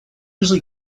usually